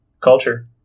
culture